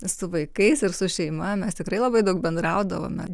su vaikais ir su šeima mes tikrai labai daug bendraudavome